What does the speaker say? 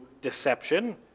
deception